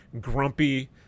grumpy